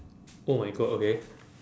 oh my god okay